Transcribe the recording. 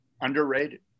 Underrated